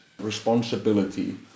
responsibility